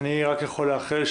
אני רק יכול לאחל,